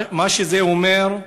מה שזה אומר,